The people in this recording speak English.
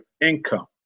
income